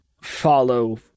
follow